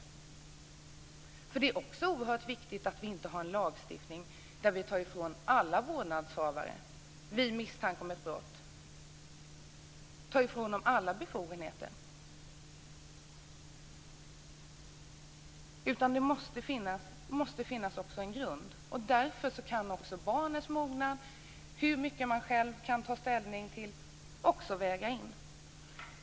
Man kan inte heller ha en lagstiftning som vid misstanke om brott tar ifrån alla vårdnadshavare deras befogenheter. Det måste också finnas en grund för detta, och därför kan barnets mognad också vägas in.